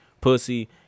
pussy